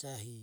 jahi.